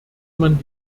man